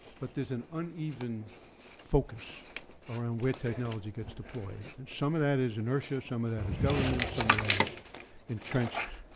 but there's an uneven focus around where technology gets deployed. and some of that is inertia. some of that is government. some of that is entrenched